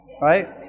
right